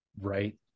Right